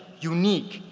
unique,